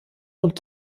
und